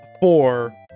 four